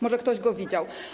Może ktoś go widział?